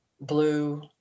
blue